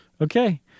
Okay